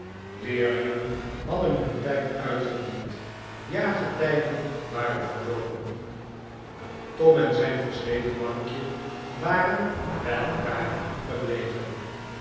leerlingen hadden hun tijd uitgediend j aargetij den waren verloopen tom en zijn versleten bankje waren bij elkaar gebleven